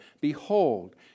Behold